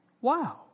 Wow